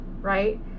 right